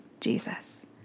Jesus